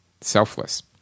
Selfless